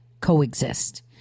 coexist